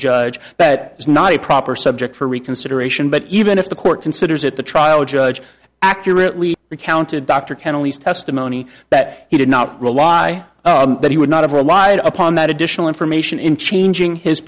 judge that is not a proper subject for reconsideration but even if the court considers it the trial judge accurately recounted dr kent elise testimony that he did not rely that he would not have relied upon that additional information in changing his